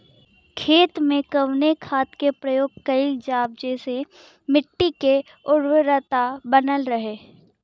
खेत में कवने खाद्य के प्रयोग कइल जाव जेसे मिट्टी के उर्वरता बनल रहे?